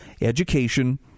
education